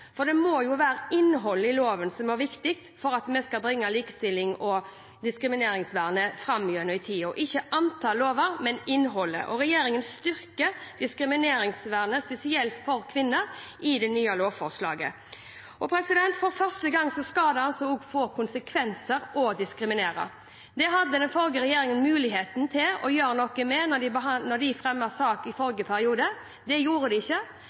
for det må jo være innholdet i loven som er viktig for at vi skal bringe likestillingen og diskrimineringsvernet framover – ikke antallet lover, men innholdet. Og regjeringen styrker diskrimineringsvernet, spesielt for kvinner, i det nye lovforslaget. For første gang skal det altså få konsekvenser å diskriminere. Det hadde den forrige regjeringen muligheten til å gjøre noe med når de fremmet saker i forrige periode. Det gjorde de ikke.